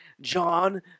John